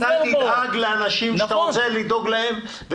אתה תדאג לאנשים שאתה רוצה לדאוג להם -- נכון.